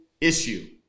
issue